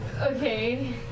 Okay